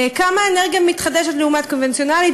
כמה אנרגיה מתחדשת לעומת קונבנציונלית,